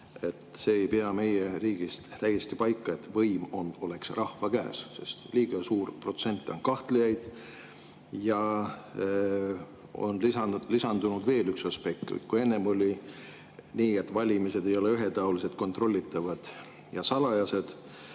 et meie riigis ei pea täiesti paika see, et võim on rahva käes, sest liiga suur protsent on kahtlejaid. On lisandunud veel üks aspekt. Enne oli nii, et valimised ei olnud ühetaolised, kontrollitavad ja salajased,